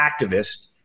activist